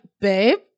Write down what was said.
babe